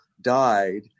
died